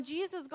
Jesus